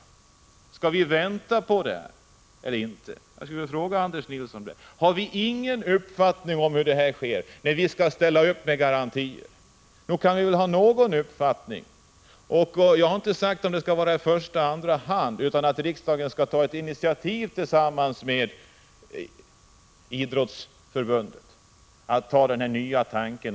Skall vi vänta på att det händer någonting i det avseendet eller inte? Jag skulle vilja fråga Anders Nilsson: Har vi ingen uppfattning om hur tävlingarna skall ske, när vi skall ställa upp med garantier? Nog kan vi väl ha någon uppfattning! Jag har inte talat om i första eller andra hand, utan jag har sagt att riksdagen skall ta ett initiativ tillsammans med Idrottsförbundet och driva den här nya tanken.